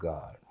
God